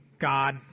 God